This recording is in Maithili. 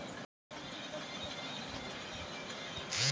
एवोकाडो के गाछ लगभग पैंसठ फुट तक लंबा हुवै छै